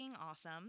awesome